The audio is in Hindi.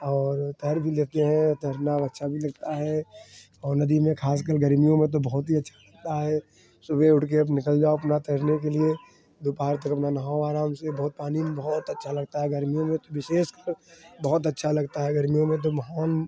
और तैर भी लेते हैं तैरना अच्छा भी लगता है और नदी में खासकर गर्मियों में तो बहुत ही अच्छा लगता है सुबह उठ के निकल जाओ अपना तैरने के लिए दोपहर तक अपना नहाओ आराम से बहुत पानी बहुत अच्छा लगता है गर्मियों में विशेषकर बहुत अच्छा लगता है गर्मियों में तो माहौल